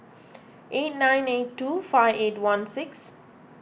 eight nine eight two five eight one six